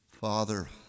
Father